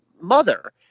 mother